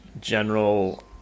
general